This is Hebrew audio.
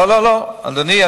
לא, לא, אדוני.